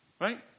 Right